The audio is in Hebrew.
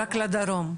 רק לדרום.